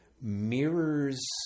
mirrors